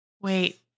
Wait